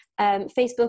Facebook